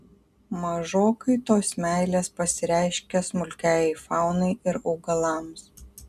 mažokai tos meilės pasireiškia smulkiajai faunai ir augalams